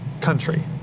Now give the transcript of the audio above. country